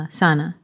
sana